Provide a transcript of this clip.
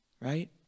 Right